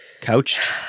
couch